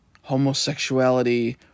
homosexuality